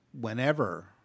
whenever